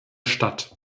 stadt